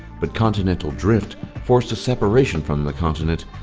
but continental drift forced a separation from the continent,